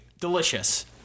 Delicious